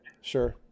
Sure